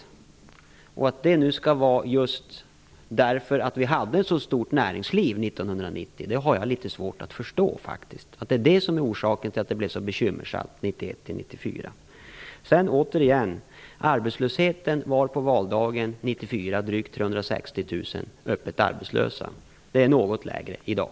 Men jag har litet svårt att förstå att skulle vara just detta, att vi hade ett så stort näringsliv år 1990, som var orsaken till att det blev så bekymmersamt åren 1991-1994. Sedan vill jag återigen slå fast att arbetslösheten på valdagen 1994 var drygt 360 000 öppet arbetslösa. Det är något lägre i dag.